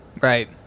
right